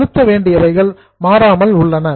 செலுத்த வேண்டியவைகள் மாறாமல் உள்ளன